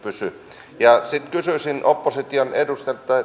pysy ja sitten kysyisin opposition edustajilta